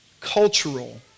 cultural